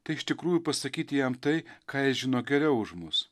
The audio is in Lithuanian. tai iš tikrųjų pasakyti jam tai ką jis žino geriau už mus